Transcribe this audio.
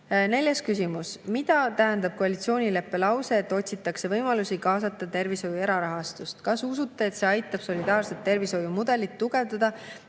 Neljas küsimus: mida tähendab koalitsioonileppe lause, et otsitakse võimalusi kaasata tervishoius erarahastust? Kas usute, et see aitab solidaarse tervishoiumudelit tugevdada